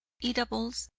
eatables,